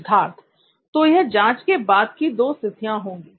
सिद्धार्थ तो यह जांच के बाद की दो स्तिथियाँ होंगी